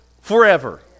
forever